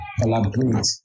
collaborate